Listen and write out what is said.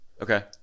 Okay